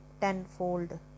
tenfold